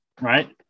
right